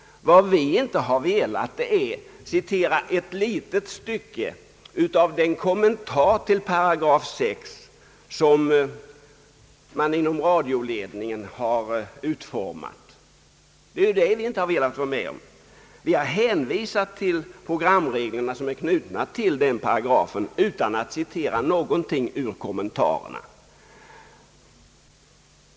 Vad vi inte velat citera är ett stycke av den kommentar till 8 6 som man utformat inom radioledningen, men vi har hänvisat till programreglerna som är knutna till den paragrafen utan att citera någonting ur dem.